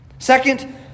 Second